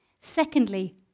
Secondly